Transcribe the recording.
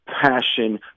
passion